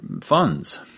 funds